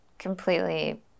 completely